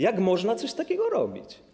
Jak można coś takiego robić?